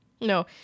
No